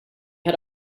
had